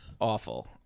Awful